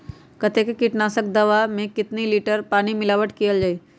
कतेक किटनाशक दवा मे कितनी लिटर पानी मिलावट किअल जाई?